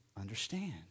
understand